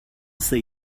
say